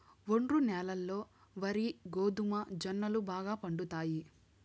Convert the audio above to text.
ఒండ్రు న్యాలల్లో వరి, గోధుమ, జొన్నలు బాగా పండుతాయి